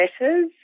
letters